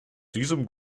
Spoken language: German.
diesem